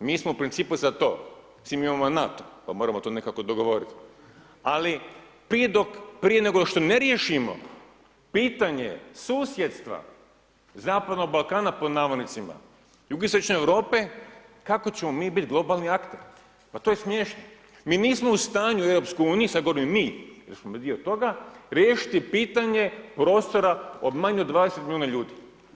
mi smo u principu za to s tim da imamo NATO pa moramo to nekako dogovorit, ali prije dok, prije nego što ne riješimo pitanje susjedstva Zapadnog Balkana pod navodnicima jugoistočne Europe kako ćemo mi biti globalni akteri, pa to je smiješno mi nismo u stanju u EU sad govorim mi, jer smo mi dio toga riješiti pitanje prostora od manje od 20 milijuna ljudi.